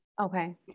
Okay